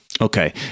Okay